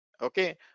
okay